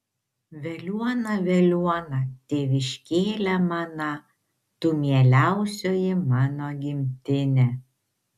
veliuona veliuona tėviškėle mana tu mieliausioji mano gimtine